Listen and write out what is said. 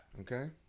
Okay